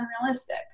unrealistic